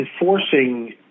enforcing